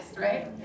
right